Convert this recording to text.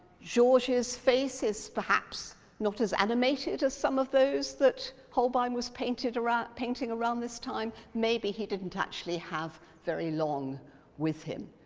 georges' face is perhaps not as animated as some of those that holbein was painting around painting around this time. maybe he didn't actually have very long with him.